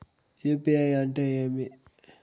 UPI అంటే ఏమి?